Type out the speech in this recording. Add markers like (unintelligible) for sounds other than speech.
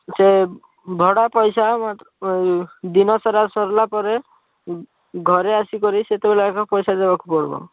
ଯେ ଭଡ଼ା ପଇସା (unintelligible) ଦିନସାରା ସାରିଲା ପରେ ଘରେ ଆସିକରି ସେତେବେଳେ ଏକା ପଇସା ଦେବାକୁ ପଡ଼ିବ